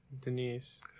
Denise